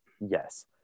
Yes